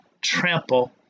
trample